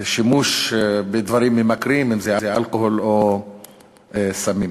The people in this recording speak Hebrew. לשימוש בדברים ממכרים, אם זה אלכוהול ואם זה סמים.